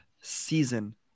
season